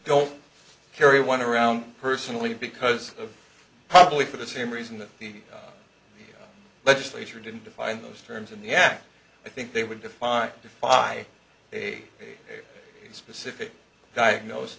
don't carry one around personally because of probably for the same reason that the legislature didn't define those terms in the act i think they would define defy a specific diagnos